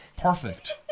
perfect